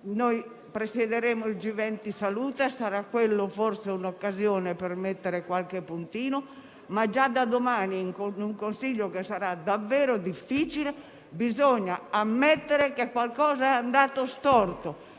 Noi presiederemo il G20 salute. Quella, forse, sarà un'occasione per mettere qualche puntino, ma già da domani, in un Consiglio che sarà davvero difficile, bisognerà ammettere che qualcosa è andato storto.